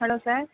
hello sir